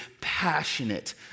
passionate